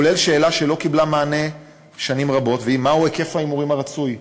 כולל שאלה שלא קיבלה מענה שנים רבות והיא: מהו היקף ההימורים הרצוי,